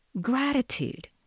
gratitude